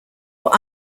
were